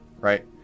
right